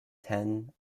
ten